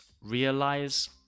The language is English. realize